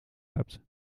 hebt